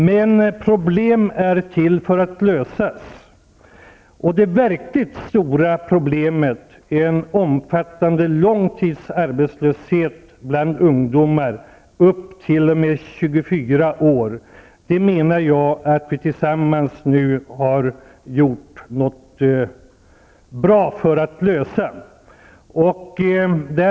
Men problem är till för att lösas. Det verkligt stora problemet är en omfattande långtidsarbetslöshet bland ungdomar upp t.o.m. 24 års ålder. Jag menar att vi tillsammans nu gjort något bra för att lösa detta stora problem.